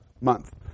month